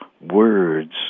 words